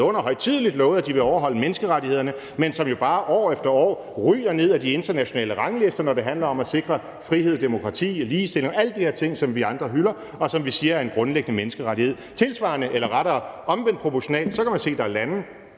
på og højtideligt lovet, at de vil overholde menneskerettighederne, men som jo bare år efter år ryger ned ad de internationale ranglister, når det handler om at sikre frihed, demokrati, ligestilling og alle de der ting, som vi andre hylder, og som vi siger er en grundlæggende menneskerettighed. Tilsvarende, eller rettere omvendt proportionalt, kan man se, at der er lande,